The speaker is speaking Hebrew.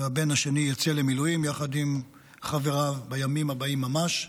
והבן השני יוצא למילואים יחד עם חבריו בימים הבאים ממש,